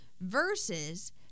Versus